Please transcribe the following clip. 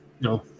no